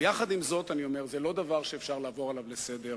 עם זאת, זה לא דבר שאפשר לעבור עליו לסדר-היום.